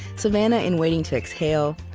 savannah in waiting to exhale,